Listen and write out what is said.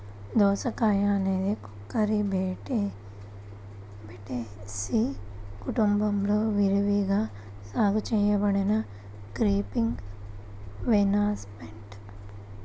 దోసకాయఅనేది కుకుర్బిటేసి కుటుంబంలో విరివిగా సాగు చేయబడిన క్రీపింగ్ వైన్ప్లాంట్